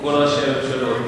כל ראשי הממשלות.